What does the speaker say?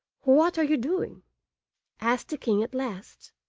what are you doing asked the king at last,